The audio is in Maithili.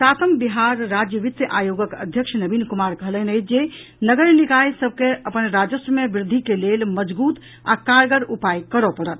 सातम बिहार राज्य वित्त आयोगक अध्यक्ष नवीन कुमार कहलनि अछि जे नगर निकाय सभ के अपन राजस्व मे वृद्धि के लेल मजगूत आ कारगर उपाय करऽ पड़त